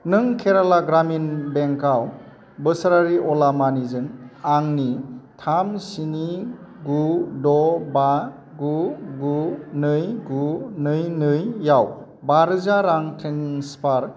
नों केराला ग्रामिन बेंकआव बोसोरारि अला मानिजों आंनि थाम स्नि गु द' बा गु गु नै गु नै नैआव बा रोजा रां ट्रेन्सफार